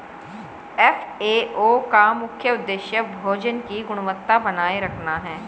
FAO का मुख्य उदेश्य भोजन की गुणवत्ता बनाए रखना है